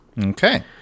Okay